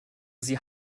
sie